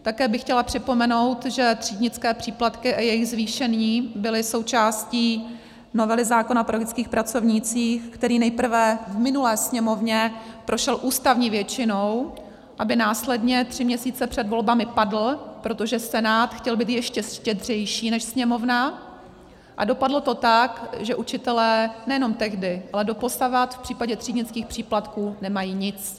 Také bych chtěla připomenout, že třídnické příplatky a jejich zvýšení byly součástí novely zákona o pedagogických pracovnících, který nejprve v minulé Sněmovně prošel ústavní většinou, aby následně, tři měsíce před volbami, padl, protože Senát chtěl být ještě štědřejší než Sněmovna a dopadlo to tak, že učitelé nejenom tehdy, ale doposud v případě třídnických příplatků nemají nic.